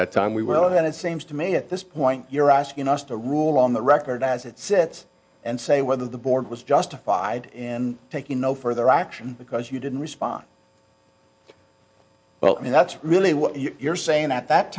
that time we were then it seems to me at this point you're asking us to rule on the record as it sits and say whether the board was justified in taking no further action because you didn't respond well and that's really what you're saying at that